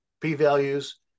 p-values